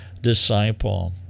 disciple